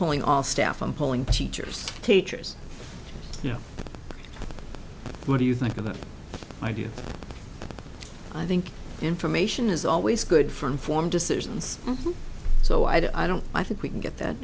polling all staff on polling teachers teachers you know what do you think of the idea i think information is always good for informed decisions so i don't i think we can get that